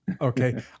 Okay